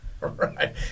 Right